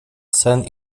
sen